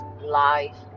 life